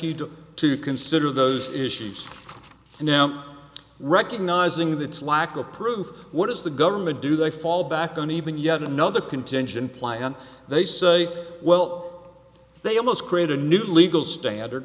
you to to consider those issues now recognizing that it's lack of proof what does the government do they fall back on even yet another contention pliant they say well they almost create a new legal standard